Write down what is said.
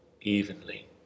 evenly